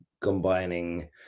combining